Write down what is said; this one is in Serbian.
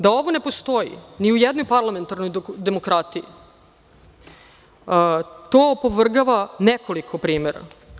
Da ovo ne postoji ni u jednoj parlamentarnoj demokratiji, to opovrgava nekoliko primera.